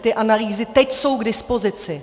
Ty analýzy teď jsou k dispozici.